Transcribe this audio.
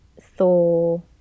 thor